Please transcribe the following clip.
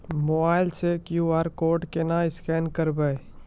Mobile से QR code केना scan करबै?